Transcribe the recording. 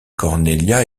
cornelia